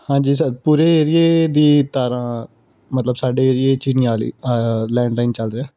ਹਾਂਜੀ ਸਰ ਪੂਰੇ ਏਰੀਏ ਦੀ ਤਾਰਾਂ ਮਤਲਬ ਸਾਡੇ ਏਰੀਏ 'ਚ ਨਹੀਂ ਆ ਰਹੀ ਇਹ ਲੈਂਡਲਾਈਨ ਚੱਲ ਰਿਹਾ